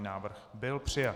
Návrh byl přijat.